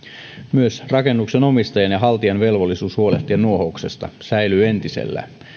myös rakennuksen omistajan ja haltijan velvollisuus huolehtia nuohouksesta säilyy entisellään